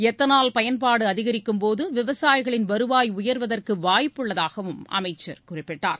ethanol பயன்பாடு அதிகரிக்கும்போது விவசாயிகளின் வருவாய் உயர்வதற்கு வாய்ப்புள்ளதாகவும் அமைச்சர் குறிப்பிட்டார்